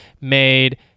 made